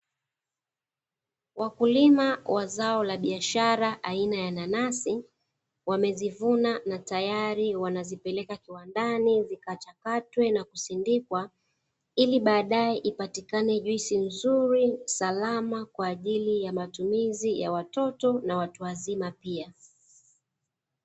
Wakulima wa zao la biashara aina ya nanasi, wamezivuna na tayari kwa ajili ya wanazipeleka kiwandani kuchakatwa na kusindikwa ili baadae ipatikane juisi nzuri, salama kwa ajili ya matumizi ya watoto na watu wazima pia.